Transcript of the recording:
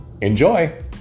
Enjoy